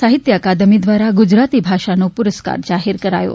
સાહિત્ય અકાદમી દ્વારા ગુજરાતી ભાષાનો પુરસ્કાર જાહેર કરાયો